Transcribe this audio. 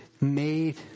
made